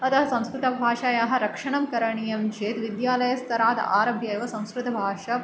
अतः संस्कृतभाषायाः रक्षणं करणीयं चेत् विद्यालयस्तराद् आरभ्य एव संस्कृतभाषा